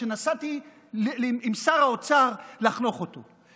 שנסעתי עם שר האוצר לחנוך אותו.